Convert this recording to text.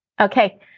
okay